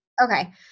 Okay